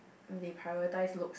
they prioritise look